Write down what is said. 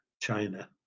China